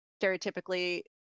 stereotypically